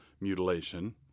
mutilation